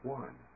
one